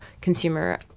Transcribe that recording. consumer